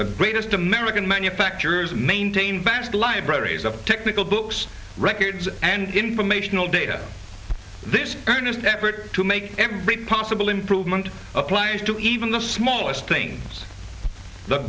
the greatest american manufacturers maintain vast libraries of technical books records and informational data this earnest effort to make every possible improvement applies to even the smallest things the